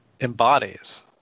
embodies